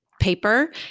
paper